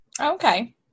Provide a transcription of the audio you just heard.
Okay